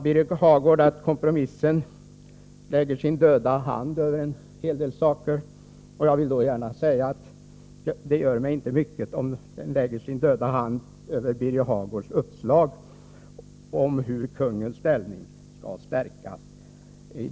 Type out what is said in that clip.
Birger Hagård sade att kompromissen lägger sin döda hand över mycket. Jag vill då gärna säga att det inte gör mig så mycket om den lägger sin döda hand över Birger Hagårds förslag om hur kungens ställning skall stärkas.